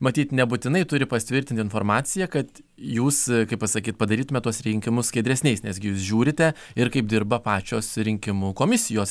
matyt nebūtinai turi pasitvirtinti informaciją kad jūs kaip pasakyt padarytumėme tuos rinkimus skaidresniais nes gi jūs žiūrite ir kaip dirba pačios rinkimų komisijos